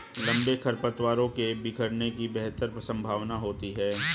लंबे खरपतवारों के बिखरने की बेहतर संभावना होती है